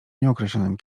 nieokreślonym